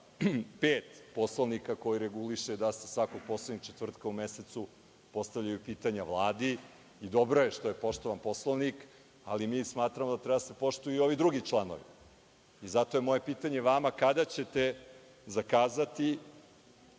205. Poslovnika, koji reguliše da se svakog poslednjeg četvrtka u mesecu postavljaju pitanja Vladi. Dobro je što je poštovan Poslovnik. Ali, mi smatramo da treba da se poštuju i ovi drugi članovi. Zato je moje pitanje vama – kada ćete zakazati